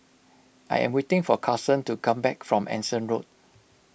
I am waiting for Karson to come back from Anson Road